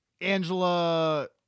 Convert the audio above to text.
Angela